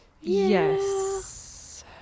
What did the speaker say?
Yes